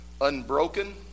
Unbroken